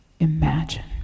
imagine